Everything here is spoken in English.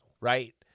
right